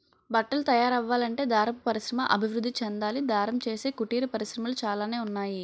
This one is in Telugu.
బట్టలు తయారవ్వాలంటే దారపు పరిశ్రమ అభివృద్ధి చెందాలి దారం చేసే కుటీర పరిశ్రమలు చాలానే ఉన్నాయి